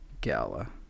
Gala